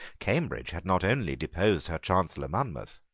cambridge had not only deposed her chancellor monmouth,